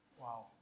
Wow